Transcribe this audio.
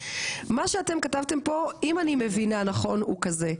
מה שאתם כתבתם פה אם אני מבינה נכון הוא כזה,